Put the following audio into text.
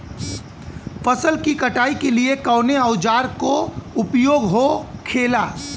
फसल की कटाई के लिए कवने औजार को उपयोग हो खेला?